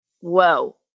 whoa